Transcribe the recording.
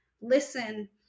listen